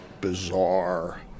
bizarre